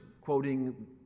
quoting